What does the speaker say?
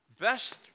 best